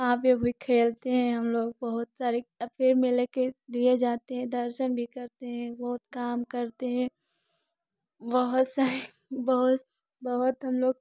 वहाँ पे भी खेलते हैं हम लोग बहुत सारे फिर मिलके दिये जलाते हैं दर्शन भी करते हैं बहुत काम करते हैं बहुत सारे बहुत बहुत हम लोग